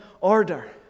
order